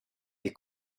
des